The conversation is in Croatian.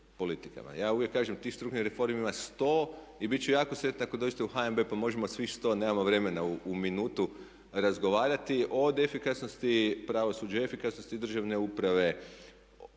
Ja uvijek kažem tih strukturnih reformi ima 100 i bit ću jako sretan ako dođete u HNB pa možemo svih 100 nemamo vremena u minutu razgovarati od efikasnosti pravosuđa, efikasnosti državne uprave,